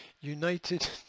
United